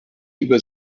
über